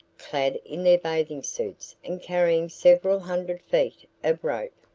clad in their bathing suits and carrying several hundred feet of rope.